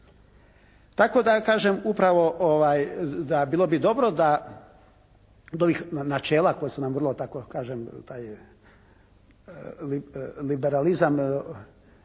Tako da kažem upravo bilo bi dobro da od ovih načela koja su nam vrlo, tako da kažem taj liberalizam